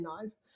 nice